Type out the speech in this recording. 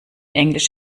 englisch